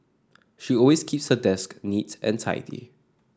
she always keeps her desk neat and tidy